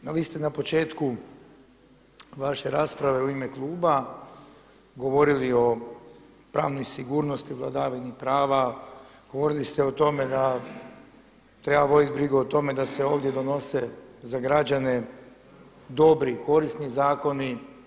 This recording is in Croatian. No vi ste na početku vaše rasprave u ime kluba govorili o pravnoj sigurnosti, vladavini prava, govorili ste o tome da treba voditi brigu o tome da se ovdje donose za građane dobri, korisni zakoni.